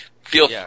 feel